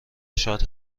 شاد